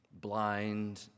blind